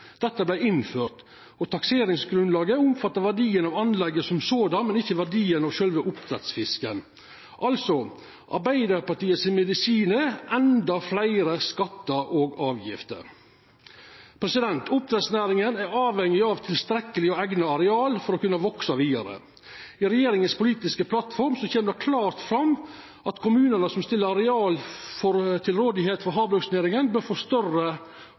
Dette vart innført, og takseringsgrunnlaget omfatta verdien av anlegget i seg sjølv, men ikkje verdien av oppdrettsfisken. Arbeidarpartiet sin medisin er altså endå fleire skattar og avgifter. Oppdrettsnæringa er avhengig av tilstrekkelege og eigna areal for å kunna veksa vidare. I regjeringa si politiske plattform kjem det klart fram at kommunane som stiller areal til rådigheit for havbruksnæringa, bør få større